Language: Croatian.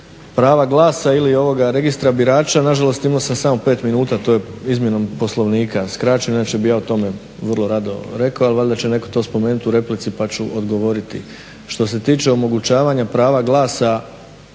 prava glasa ili ovoga Registra birača, nažalost imao sam samo 5 minuta to je izmjenom Poslovnika skraćeno inače bih ja o tome vrlo rado rekao ali valjda će netko to spomenuti u replici pa ću odgovoriti. Što se tiče omogućavanja prava glasa